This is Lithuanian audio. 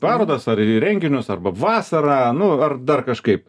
parodas ar į renginius arba vasarą nu ar dar kažkaip